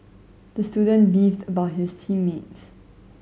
the student beefed about his team mates